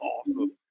awesome